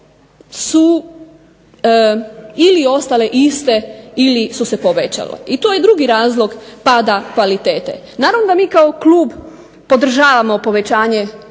ili ostale iste ili su se povećale. I to je drugi razlog pada kvalitete. Naravno da mi kao klub podržavamo povećanje broj